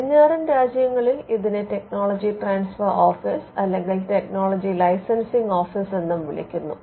പടിഞ്ഞാറൻ രാജ്യങ്ങളിൽ ഇതിനെ ടെക്നോളജി ട്രാൻസ്ഫർ ഓഫീസ് അല്ലെങ്കിൽ ടെക്നോളജി ലൈസൻസിംഗ് ഓഫീസ് എന്നും വിളിക്കുന്നു